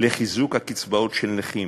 לחיזוק הקצבאות של נכים